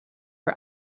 for